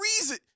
reason